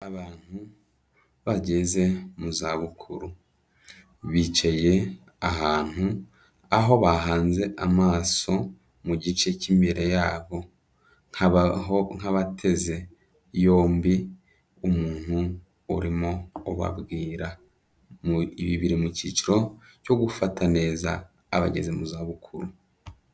Abantu bageze mu za bukuru bicaye ahantu aho bahanze amaso mu gice cy'imbere yabo habaho nk'abateze yombi umuntu urimo ubabwira. Ibi biri mu cyiciro cyo gufata neza abageze mu za bukuru.